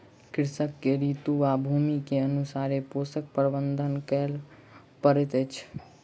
कृषक के ऋतू आ भूमि के अनुसारे पोषक प्रबंधन करअ पड़ैत अछि